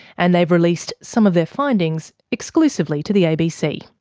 and they've released some of their findings exclusively to the abc.